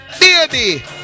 Baby